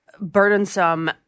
burdensome